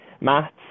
maths